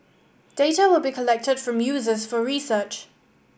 data will be collected from users for research